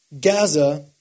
Gaza